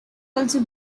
also